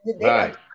Right